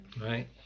Right